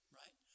right